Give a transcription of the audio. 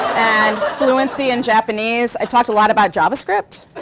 and fluency in japanese. i talked a lot about javascript.